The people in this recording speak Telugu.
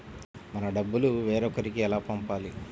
మన డబ్బులు వేరొకరికి ఎలా పంపాలి?